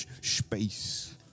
Space